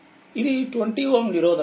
ఇది 20Ω నిరోధకము